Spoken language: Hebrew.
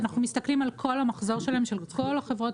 אנחנו מסתכלים על כל המחזור שלהם של כל החברות